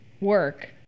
work